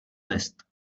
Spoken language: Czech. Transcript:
list